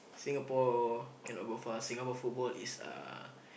Singapore cannot go fast Singapore football is uh